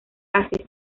así